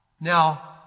now